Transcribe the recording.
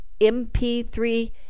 mp3